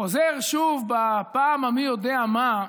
חוזר שוב, בפעם המי-יודע-מה,